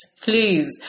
please